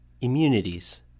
Immunities